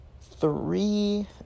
three